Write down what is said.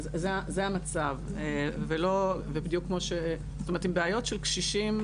זה המצב, עם בעיות של קשישים